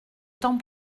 temps